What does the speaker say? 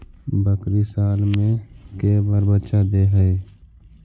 बकरी साल मे के बार बच्चा दे है?